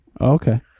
Okay